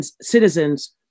citizens